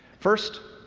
first,